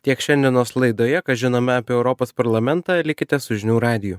tiek šiandienos laidoje ką žinome apie europos parlamentą likite su žinių radiju